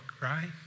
right